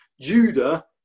Judah